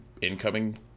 incoming